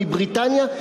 מבריטניה,